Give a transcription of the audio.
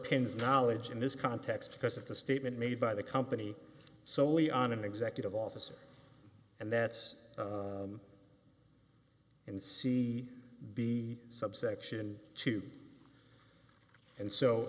pins knowledge in this context because it's a statement made by the company solely on an executive officer and that's in c b subsection two and so